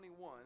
21